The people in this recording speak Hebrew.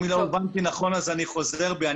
אם לא הובנתי נכון אז אני חוזר בי.